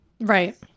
Right